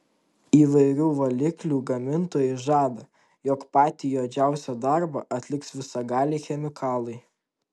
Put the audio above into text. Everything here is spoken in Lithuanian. įvairių valiklių gamintojai žada jog patį juodžiausią darbą atliks visagaliai chemikalai